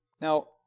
Now